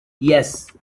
yes